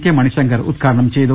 K Manishankar ഉദ്ഘാടനം ചെയ്തു